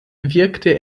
wirkte